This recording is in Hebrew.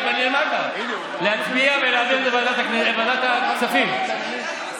להצביע ולהעביר לוועדת הכספים.